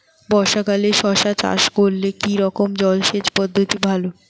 বর্ষাকালে শশা চাষ করলে কি রকম জলসেচ পদ্ধতি ভালো?